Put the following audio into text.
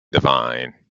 devine